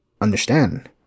understand